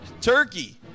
turkey